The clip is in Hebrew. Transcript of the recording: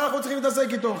מה אנחנו צריכים להתעסק איתו?